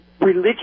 religious